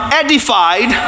edified